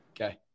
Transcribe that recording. Okay